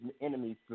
enemies